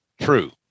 true